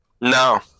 no